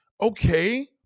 Okay